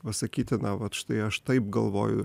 pasakyti na vat štai aš taip galvoju